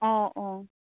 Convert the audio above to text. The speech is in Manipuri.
ꯑꯣ ꯑꯣ